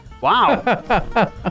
Wow